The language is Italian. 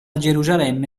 gerusalemme